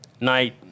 night